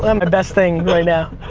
ah um but best thing right now.